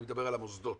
אני מדבר על המוסדות